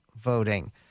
voting